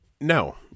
no